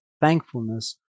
thankfulness